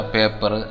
Paper